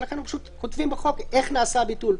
וכתוב ועדת חוקה תדון.